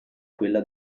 quella